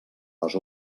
les